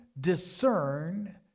discern